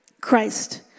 Christ